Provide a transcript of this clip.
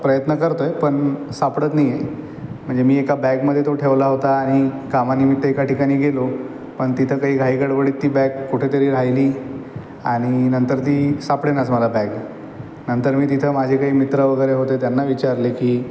प्रयत्न करतो आहे पण सापडत नाही आहे म्हणजे मी एका बॅगमध्ये तो ठेवला होता आणि कामानिमित्त एका ठिकाणी गेलो पण तिथं काही घाईगडबडीत ती बॅग कुठंतरी राहिली आणि नंतर ती सापडेनाच मला बॅग नंतर तिथं माझे काही मित्र वगैरे होते त्यांना विचारलं की